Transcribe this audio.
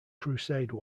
crusade